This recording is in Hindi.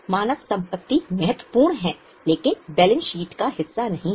मानव संपत्ति महत्वपूर्ण है लेकिन बैलेंस शीट का हिस्सा नहीं है